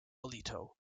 alito